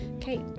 Kate